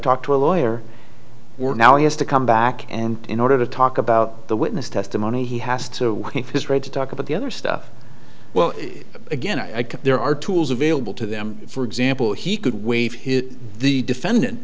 talk to a lawyer we're now he has to come back and in order to talk about the witness testimony he has to his right to talk about the other stuff well again i can there are tools available to them for example he could waive his the defendant